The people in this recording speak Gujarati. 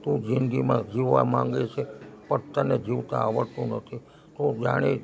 તું જિંદગીમાં જીવવા માંગે છે પણ તને જીવતા આવડતું નથી તું જાણી